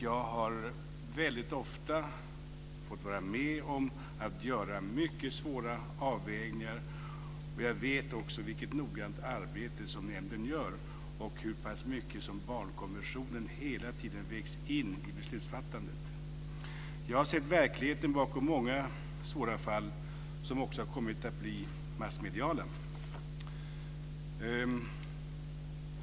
Jag har väldigt ofta fått vara med om att göra mycket svåra avvägningar. Jag vet också vilket noggrant arbete som nämnden gör och hur pass mycket som barnkonventionen hela tiden vägs in i beslutsfattandet. Jag har sett verkligheten bakom många svåra fall som också har kommit att bli massmediala.